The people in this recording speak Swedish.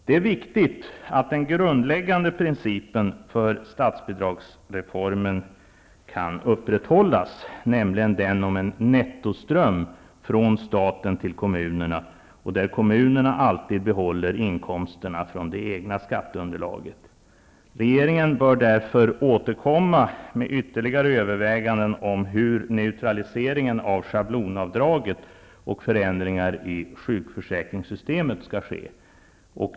Det är viktigt att den grundläggande principen för statsbidragsreformen kan upprätthållas, nämligen den om en nettoström från staten till kommunerna och att kommunerna alltid behåller inkomsterna från det egna skatteunderlaget. Regeringen bör därför återkomma med ytterligare överväganden om hur neutraliseringen av schablonavdraget och förändringar i sjukförsäkringssystemet skall ske.